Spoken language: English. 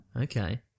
Okay